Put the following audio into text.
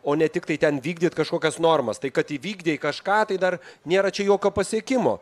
o ne tiktai ten vykdyt kažkokias normas tai kad įvykdei kažką tai dar nėra čia jokio pasiekimo